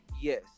yes